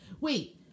Wait